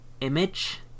image